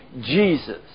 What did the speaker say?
Jesus